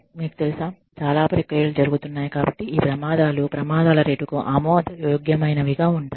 మీకు తెలుసా చాలా ప్రక్రియలు జరుగుతున్నాయి కాబట్టి ఈ ప్రమాదాలు ప్రమాదాల రేటుకు ఆమోదయోగ్యమైనవిగా ఉంటాయి